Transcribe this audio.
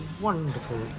wonderful